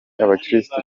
abakristu